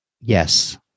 Yes